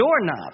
doorknobs